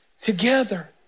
together